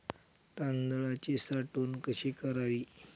तांदळाची साठवण कशी करावी?